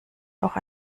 auch